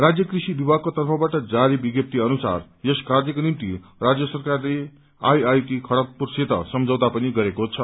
राज्य क्रषि विभागको तर्फबाट जारी विज्ञप्ति अनुसार यस कार्यको निम्ति राज्य सरकारले आईआईटी खड़गपुरसित सम्झौता पनि गरेको छ